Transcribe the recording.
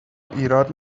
ایراد